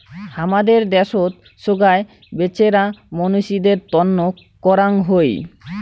হামাদের দ্যাশোত সোগায় বেচেরা মানসিদের তন্ন করাং হই